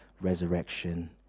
resurrection